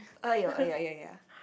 !aiyo! !aiya! ya ya ya